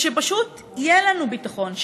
ושפשוט יהיה לנו ביטחון,